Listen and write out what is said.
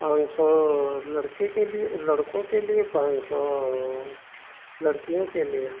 पाँच सौ लड़के के लिए लड़कों के लिए पाँच सौ लड़कियों के लिए